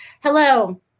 Hello